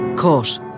caught